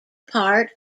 part